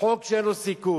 חוק שאין לו סיכוי.